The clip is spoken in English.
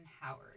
Howard